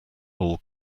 hall